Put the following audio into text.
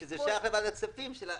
שזה שייך לוועדת כספים.